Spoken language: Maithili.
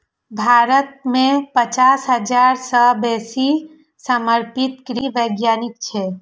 भारत मे पचास हजार सं बेसी समर्पित कृषि वैज्ञानिक छै